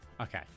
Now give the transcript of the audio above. okay